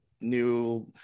new